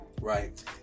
Right